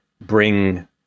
bring